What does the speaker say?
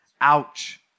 Ouch